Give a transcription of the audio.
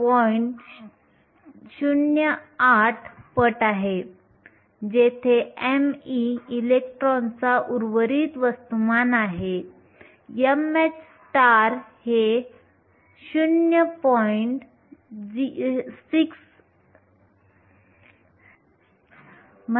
08 पट आहे जेथे me इलेक्ट्रॉनचा उर्वरित वस्तुमान आहे mh हे 0